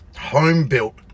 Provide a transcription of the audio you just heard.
home-built